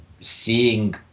seeing